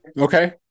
Okay